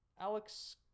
Alex